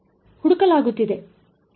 ಹುಡುಕಲಾಗುತ್ತಿದೆ